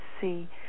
see